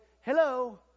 Hello